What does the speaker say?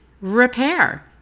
repair